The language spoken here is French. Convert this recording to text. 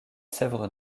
sèvre